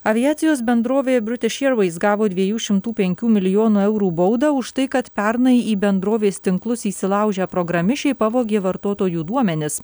aviacijos bendrovė britiš iervais gavo dviejų šimtų penkių milijonų eurų baudą už tai kad pernai į bendrovės tinklus įsilaužę programišiai pavogė vartotojų duomenis